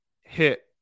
hit